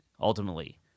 ultimately